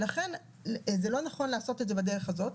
ולכן זה לא נכון לעשות את זה בדרך הזאת.